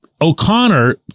O'Connor